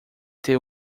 ter